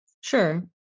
Sure